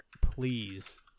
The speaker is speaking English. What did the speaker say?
please